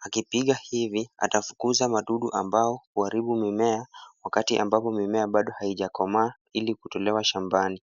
Akipiga hivi atafukuza wadudu ambao huaribu mimea wakati ambapo mimea bado haijakomaa ili kutolewa shambani.